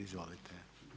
Izvolite.